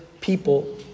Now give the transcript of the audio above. people